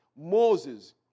Moses